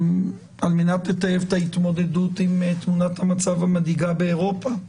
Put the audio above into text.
מנת לטייב את ההתמודדות עם תמונת המצב המדאיגה באירופה?